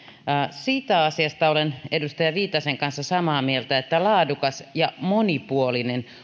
siitä asiasta olen edustaja viitasen kanssa samaa mieltä että laadukas ja monipuolinen